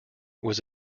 was